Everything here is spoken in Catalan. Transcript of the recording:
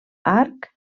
arc